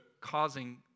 causing